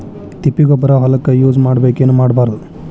ತಿಪ್ಪಿಗೊಬ್ಬರ ಹೊಲಕ ಯೂಸ್ ಮಾಡಬೇಕೆನ್ ಮಾಡಬಾರದು?